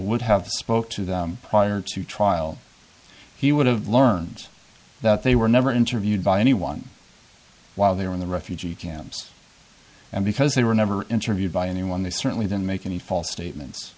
would have spoke to them prior to trial he would have learned that they were never interviewed by anyone while they were in the refugee camps and because they were never interviewed by anyone they certainly didn't make any false statements